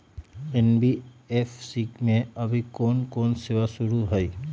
NBFC में अभी कोन कोन सेवा शुरु हई?